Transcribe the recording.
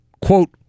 quote